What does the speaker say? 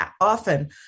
often